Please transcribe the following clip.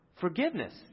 forgiveness